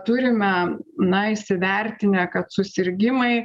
turime na įsivertinę kad susirgimai